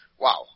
wow